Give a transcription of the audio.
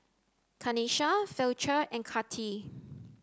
Kenisha Fletcher and Kati